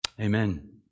Amen